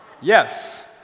Yes